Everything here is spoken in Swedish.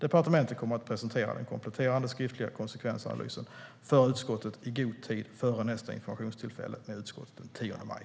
Departementet kommer att presentera den kompletterande skriftliga konsekvensanalysen för utskottet i god tid före nästa informationstillfälle med utskottet den 10 maj.